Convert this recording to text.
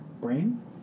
brain